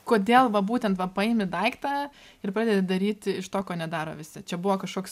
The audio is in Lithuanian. kodėl va būtent paimi daiktą ir pradedi daryti iš to ko nedaro visi čia buvo kažkoks